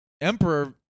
Emperor